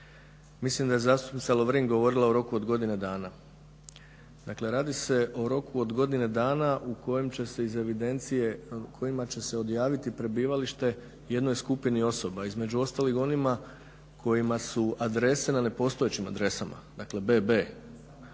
Mislim da je zastupnica Lovrin govorila u roku od godine dana. Dakle radi se o roku od godine dana u kojem će se iz evidencije u kojima će se odjaviti prebivalište jednoj skupini osoba, između ostalog onima kojima su adrese na nepostojećim adresama dakle bb.,